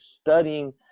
studying